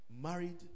married